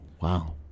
wow